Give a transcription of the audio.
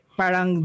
parang